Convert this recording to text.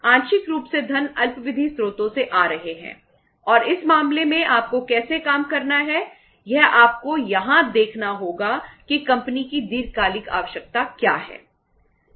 आंशिक रूप से धन अल्पावधि स्रोतों से आ रहे हैं और इस मामले में आपको कैसे काम करना है यह आपको यहां देखना होगा कि कंपनी की दीर्घकालिक आवश्यकता क्या है